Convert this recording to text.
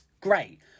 great